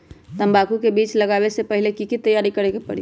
तंबाकू के बीज के लगाबे से पहिले के की तैयारी करे के परी?